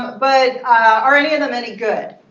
but are any of them any good?